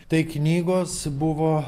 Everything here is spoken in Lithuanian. tai knygos buvo